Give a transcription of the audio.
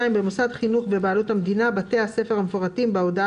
במוסד חינוך בבעלות מדינה בתי הספר המפורטים בהודעה